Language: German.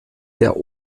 der